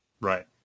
Right